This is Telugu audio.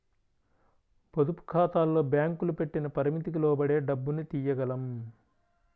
పొదుపుఖాతాల్లో బ్యేంకులు పెట్టిన పరిమితికి లోబడే డబ్బుని తియ్యగలం